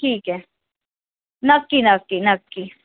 ठीक आहे नक्की नक्की नक्की